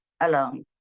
alone